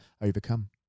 overcome